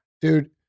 Dude